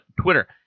Twitter